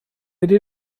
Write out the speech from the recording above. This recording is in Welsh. ydy